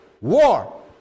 war